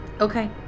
Okay